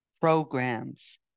programs